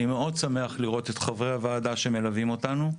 אני מאוד שמח לראות את חברי הוועדה שמלווים אותנו.